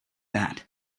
that